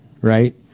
right